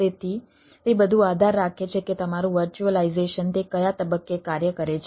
તેથી તે બધુ આધાર રાખે છે કે તમારું વર્ચ્યુઅલાઈઝેશન તે કયા તબક્કે કાર્ય કરે છે